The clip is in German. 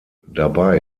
dabei